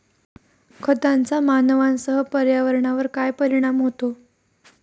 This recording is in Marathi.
खतांचा मानवांसह पर्यावरणावर काय परिणाम होतो?